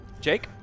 Jake